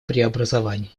преобразований